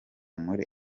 muri